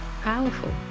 Powerful